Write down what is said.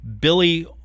Billy